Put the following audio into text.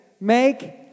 Make